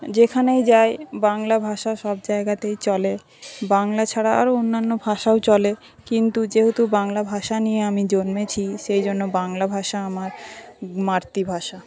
যেখানেই যাই বাংলা ভাষা সব জায়গাতেই চলে বাংলা ছাড়া আরও অন্যান্য ভাষাও চলে কিন্তু যেহেতু বাংলা ভাষা নিয়ে আমি জন্মেছি সেইজন্য বাংলা ভাষা আমার মাতৃভাষা